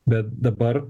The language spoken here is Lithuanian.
bet dabar